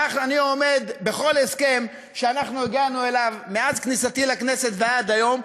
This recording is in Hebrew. אני עומד בכל הסכם שאנחנו הגענו אליו מאז כניסתי לכנסת ועד היום.